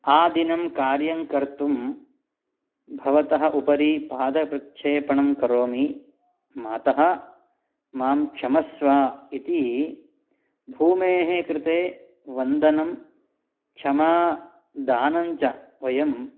आदिनं कार्यङ्कर्तुं भवतः उपरि पादप्रच्छेपनं करोमि मातः मां क्षमस्व इति भूमेः कृते वन्दनं क्षमादानञ्च वयं